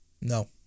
No